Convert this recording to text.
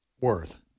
worth